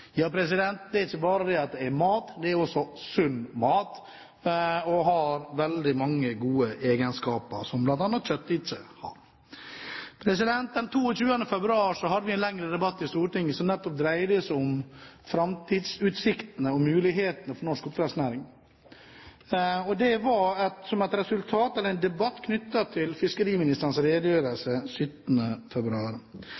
ikke bare er det mat, det er også sunn mat. Fisk har veldig mange gode egenskaper som bl.a. kjøtt ikke har. Den 22. februar hadde vi en lengre debatt i Stortinget som dreide seg om framtidsutsiktene og mulighetene for norsk oppdrettsnæring. Det var en debatt knyttet til fiskeriministerens redegjørelse 17. februar, en